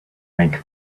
make